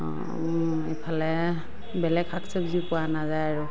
ইফালে বেলেগ শাক চবজি পোৱা নাযায় আৰু